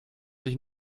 sich